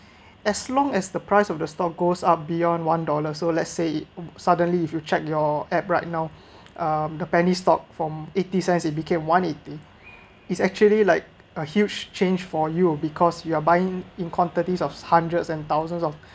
as long as the price of the stock goes up beyond one dollar so let's say suddenly if you check your app right now uh the penny stock from eighty cents it became one eighty is actually like a huge change for you because you are buying in quantities of hundreds and thousands of